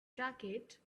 jacket